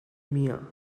mien